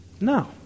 No